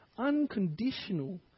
unconditional